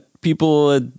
people